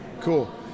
Cool